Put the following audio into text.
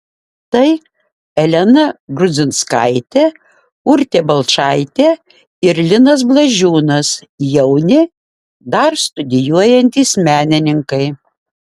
tai elena grudzinskaitė urtė balčaitė ir linas blažiūnas jauni dar studijuojantys menininkai